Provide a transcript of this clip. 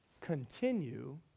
continue